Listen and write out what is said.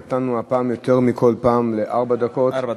נתנו הפעם יותר מכל פעם, ארבע דקות,